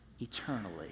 eternally